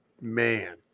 Man